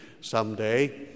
someday